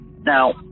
Now